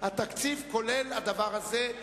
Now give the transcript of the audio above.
התקציב כולל הדבר הזה,